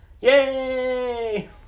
Yay